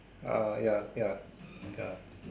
ah ya ya ya